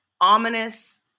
ominous